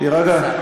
תירגע.